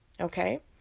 okay